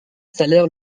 salaire